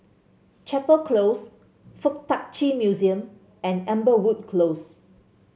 Chapel Close FuK Tak Chi Museum and Amberwood Close